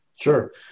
Sure